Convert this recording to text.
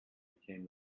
became